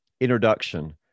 introduction